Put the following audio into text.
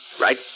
right